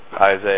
Isaiah